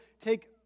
take